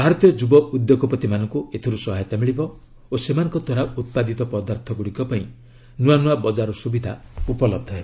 ଭାରତୀୟ ଯୁବ ଉଦ୍ୟୋଗପତିମାନଙ୍କୁ ଏଥିରୁ ସହାୟତା ମିଳିବ ଓ ସେମାନଙ୍କ ଦ୍ୱାରା ଉତ୍ପାଦିତ ପଦାର୍ଥଗୁଡ଼ିକ ପାଇଁ ନୂଆ ନୂଆ ବଜାର ସୁବିଧା ଉପଲବ୍ଧ ହେବ